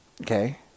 Okay